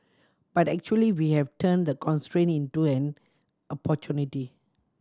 but actually we have turned the constraint into an opportunity